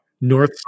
North